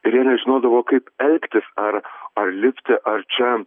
ir jie nežinodavo kaip elgtis ar ar lipti ar čia